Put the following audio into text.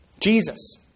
Jesus